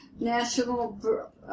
National